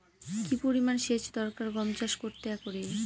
কি পরিমান সেচ দরকার গম চাষ করতে একরে?